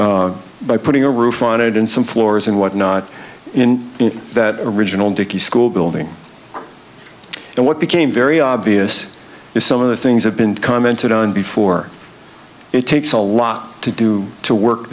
if by putting a roof on it and some floors and whatnot in that original dicky school building and what became very obvious is some of the things have been commented on before it takes a lot to do to work